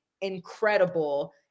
incredible